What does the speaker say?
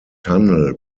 tunnel